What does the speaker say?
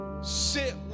sit